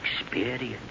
experience